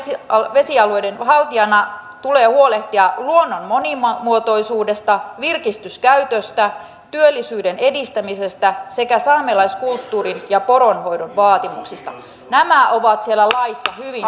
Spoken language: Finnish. vesialueiden haltijana tulee huolehtia luonnon monimuotoisuudesta virkistyskäytöstä työllisyyden edistämisestä sekä saamelaiskulttuurin ja poronhoidon vaatimuksista nämä on siellä laissa hyvin